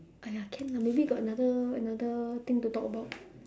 !aiya! can lah maybe got another another thing to talk about